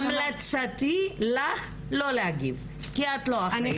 המלצתי לך לא להגיב, כי את לא אחראית.